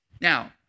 Now